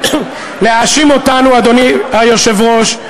אדוני היושב-ראש,